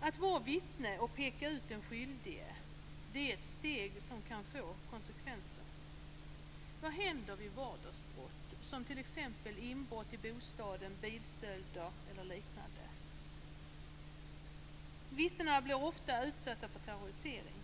Att vara vittne och peka ut den skyldige är ett steg som kan få konsekvenser. Vad händer vid vardagsbrott som t.ex. inbrott i bostaden, bilstölder eller liknande? Vittnena blir ofta utsatta för terrorisering